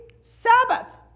Sabbath